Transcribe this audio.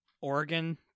Oregon